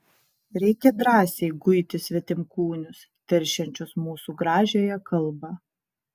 reikia drąsiai guiti svetimkūnius teršiančius mūsų gražiąją kalbą